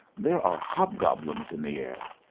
there are hobgoblins in the air.